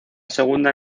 segunda